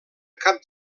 cap